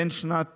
בין שנת